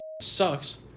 sucks